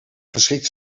geschikt